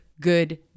good